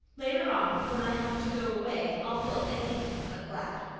later on, when i have to go away, i'll feel anything but glad.